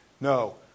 No